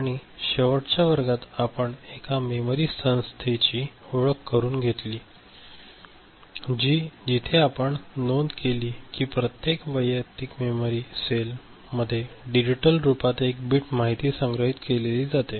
आणि शेवटच्या वर्गात आपण एका मेमरी संस्थेची ओळख करून घेतली जिथे आम्ही नोंद केले की प्रत्येक वैयक्तिक मेमरी सेल मध्ये डिजिटल रूपात एक बिट माहिती संग्रहित केलेली जाते